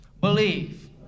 believe